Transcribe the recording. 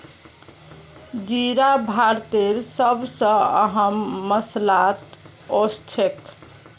जीरा भारतेर सब स अहम मसालात ओसछेख